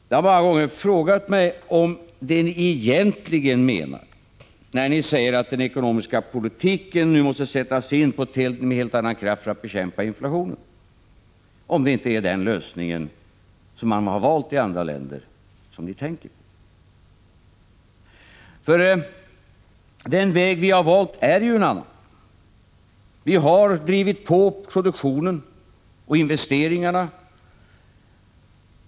Jag har många gånger frågat mig om ni inte, när ni säger att den ekonomiska politiken nu med en helt annan kraft måste inriktas på att bekämpa inflationen, egentligen tänker på den lösning som man har valt i sådana länder. Den väg vi har valt är en annan. Vi har drivit på produktionen och investeringarna.